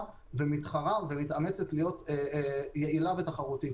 והיא מתחרה ומתאמצת להיות יעילה ותחרותית.